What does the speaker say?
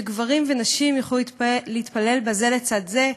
שגברים ונשים יוכלו להתפלל בה זה לצד זה,